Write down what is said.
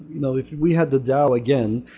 you know if we had the dao again,